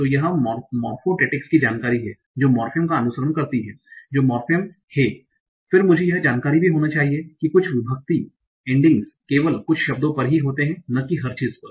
तो यह मॉर्फोटेक्टिक्स की जानकारी है जो मोर्फेम का अनुसरण करती है जो मोर्फेम हैं फिर मुझे यह जानकारी भी होनी चाहिए कि कुछ विभक्ति केवल कुछ शब्दों पर ही होते हैं न कि हर चीज पर